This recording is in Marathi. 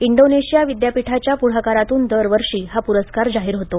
इंडोनेशिया विद्यापीठाच्या पुढाकारातून दरवर्षी हा पुरस्कार जाहीर होतो